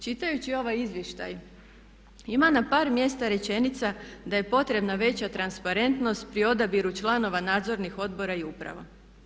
Čitajući ovaj izvještaj ima na par mjesta rečenica da je potrebna veća transparentnost pri odabiru članova nadzornih odbora i uprava.